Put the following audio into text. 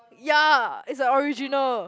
ya it's a original